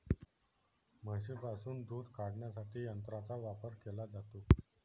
म्हशींपासून दूध काढण्यासाठी यंत्रांचा वापर केला जातो